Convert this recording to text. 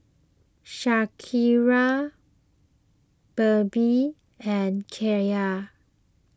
Shakira Debbi and Kyla